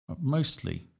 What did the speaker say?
mostly